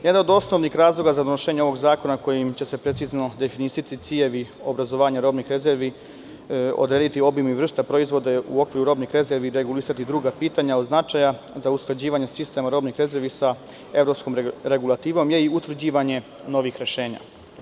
Jedan od osnovnih razloga za donošenje ovog zakona kojim će se precizno definisati ciljevi obrazovanja robnih rezervi, odrediti obim i vrsta proizvoda u okviru robnih rezervi i regulisati i druga pitanja od značaja za usklađivanje sistema robnih rezervi sa evropskom regulativom, je i utvrđivanje novih rešenja.